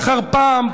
פעם אחר פעם,